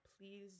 please